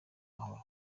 mahoro